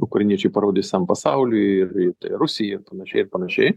ukrainiečiai parodys visam pasauliui ir rusija panašiai ir panašiai